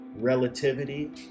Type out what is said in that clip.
relativity